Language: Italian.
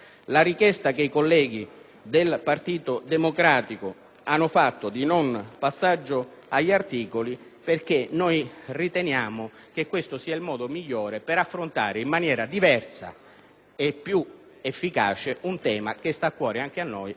hanno avanzato di non passare all'esame degli articoli perché riteniamo che questo sia il modo migliore per affrontare in maniera diversa e più efficace un tema che sta a cuore anche a noi, come a tutti i colleghi presenti in Parlamento.